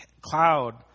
cloud